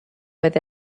with